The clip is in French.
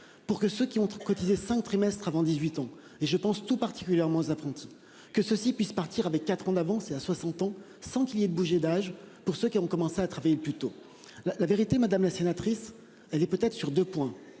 pour que ceux qui ont cotisé cinq trimestres avant 18 ans et je pense tout particulièrement aux apprentis que ceux-ci puissent partir avec 4 ans d'avance et à 60 ans sans qu'il y ait de bouger d'âge pour ceux qui ont commencé à travailler plus tôt la la vérité, madame la sénatrice. Elle est peut-être sur 2 points